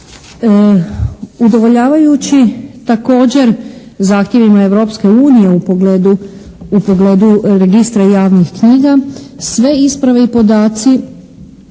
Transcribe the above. Udovoljavajući također zahtjevima Europske unije u pogledu registra javnih knjiga sve isprave i podaci